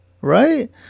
right